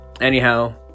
Anyhow